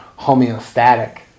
homeostatic